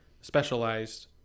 specialized